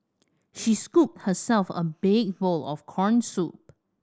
she scooped herself a big bowl of corn soup